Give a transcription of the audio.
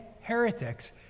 heretics